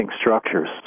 structures